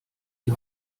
die